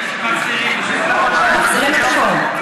זה נכון.